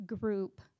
group